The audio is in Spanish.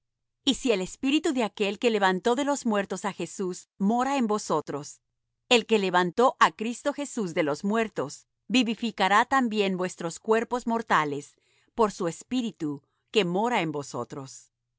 y si el espíritu de aquel que levantó de los muertos á jesús mora en vosotros el que levantó á cristo jesús de los muertos vivificará también vuestros cuerpos mortales por su espíritu que mora en vosotros